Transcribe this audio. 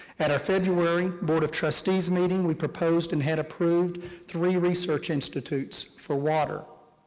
at our february board of trustees meeting, we proposed and had approved three research institutes for water,